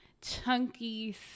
chunky